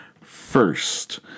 first